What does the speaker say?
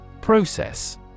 Process